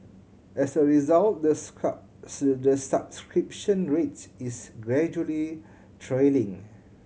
as a result the subscription rate is gradually trailing